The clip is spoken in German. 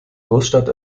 großstadt